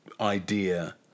idea